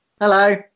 Hello